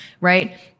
right